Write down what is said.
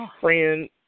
friend